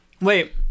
Wait